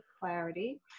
Clarity